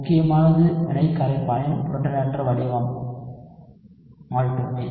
முக்கியமானது வினை கரைப்பானின் புரோட்டானேற்ற வடிவம் மட்டுமே